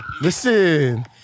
Listen